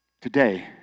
Today